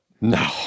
No